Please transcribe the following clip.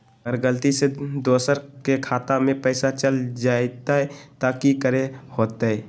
अगर गलती से दोसर के खाता में पैसा चल जताय त की करे के होतय?